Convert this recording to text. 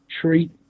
Treat